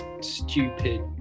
stupid